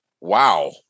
Wow